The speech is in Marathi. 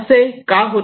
असे का होते